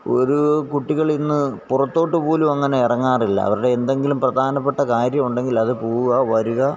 ഒരു കുട്ടികളിന്ന് പുറത്തോട്ടു പോലുമങ്ങനെ ഇറങ്ങാറില്ല അവരുടെ എന്തെങ്കിലും പ്രധാനപ്പെട്ട കാര്യം ഉണ്ടെങ്കില് അത് പോവുക വരുക